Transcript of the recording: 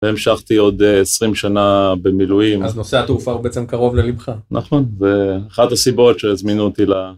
המשכתי עוד 20 שנה במילואים. אז נושא התעופה הוא בעצם קרוב ללבך. נכון, זה אחת הסיבות שהזמינו אותי ל...